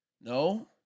No